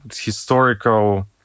historical